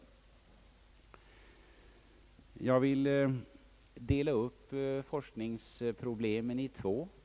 Jag vill dela upp forskningsproblemen i två grupper.